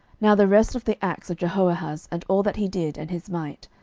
now the rest of the acts of jehoahaz, and all that he did, and his might,